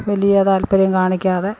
വലിയ താല്പര്യം കാണിക്കാതെ